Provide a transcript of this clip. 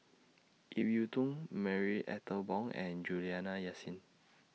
Ip Yiu Tung Marie Ethel Bong and Juliana Yasin